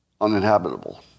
uninhabitable